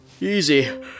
Easy